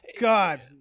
god